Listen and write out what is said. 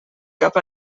cap